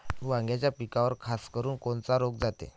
वांग्याच्या पिकावर खासकरुन कोनचा रोग जाते?